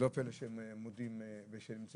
והם גם